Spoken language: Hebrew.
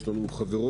יש לנו חברות